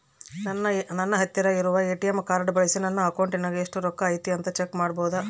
ನನ್ನ ಹತ್ತಿರ ಇರುವ ಎ.ಟಿ.ಎಂ ಕಾರ್ಡ್ ಬಳಿಸಿ ನನ್ನ ಅಕೌಂಟಿನಾಗ ಎಷ್ಟು ರೊಕ್ಕ ಐತಿ ಅಂತಾ ಚೆಕ್ ಮಾಡಬಹುದಾ?